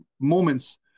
moments